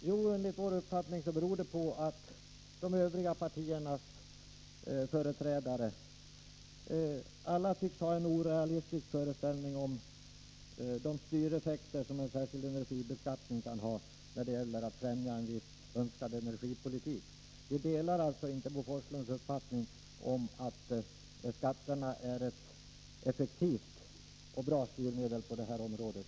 Jo, enligt vår uppfattning har de övriga partiernas företrädare en orealistisk inställning vad gäller de styreffekter som en särskild energibeskattning kan ha. Vi delar alltså inte Bo Forslunds uppfattning att skatterna är ett effektivt och bra styrmedel på det här området.